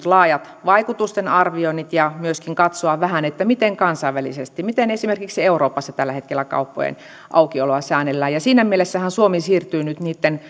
laajat vaikutusten arvioinnit ja myöskin katsoa vähän miten kansainvälisesti miten esimerkiksi euroopassa tällä hetkellä kauppojen aukioloa säännellään siinä mielessähän suomi siirtyy nyt niitten